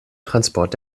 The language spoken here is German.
transport